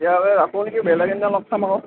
আপুনি কি বেলেগ এদিন লগ পাম আকৌ